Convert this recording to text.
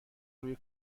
روی